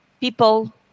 people